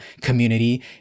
community